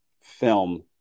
film